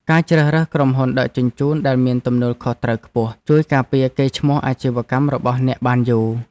ការជ្រើសរើសក្រុមហ៊ុនដឹកជញ្ជូនដែលមានទំនួលខុសត្រូវខ្ពស់ ជួយការពារកេរ្តិ៍ឈ្មោះអាជីវកម្មរបស់អ្នកបានយូរ។